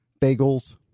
bagels